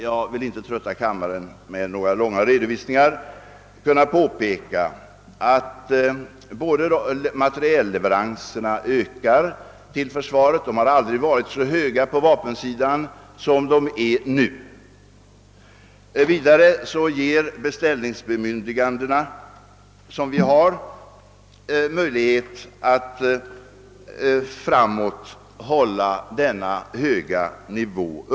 Jag vill inte trötta kammaren med några långa redovisningar, men jag skulle kunna påpeka dels att materielleveranserna till försvaret ökar — de har aldrig varit så stora på vapensidan som de är nu — dels att de beställningsbemyndiganden som vi har ger oss möjlighet att hålla denna höga nivå.